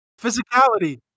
Physicality